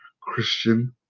Christian